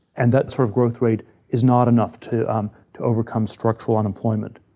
and that sort of growth rate is not enough to um to overcome structural unemployment.